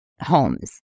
homes